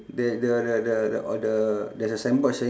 the the the the the or the there's a sign board saying